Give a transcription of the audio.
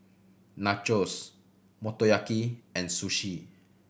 Nachos Motoyaki and Sushi